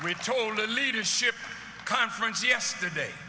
we told a leadership conference yesterday